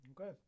Okay